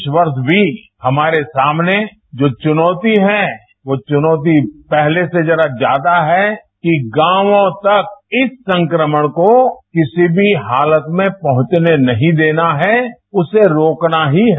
इस वर्ष भी हमारे सामने जो चुनौती है यो बुनौती पहले र्स जरा प्यादा है कि गांवों तक इस संक्रमण को किसी भी हालत में पहचने नहीं देना है उसे रोकना ही है